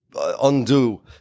undo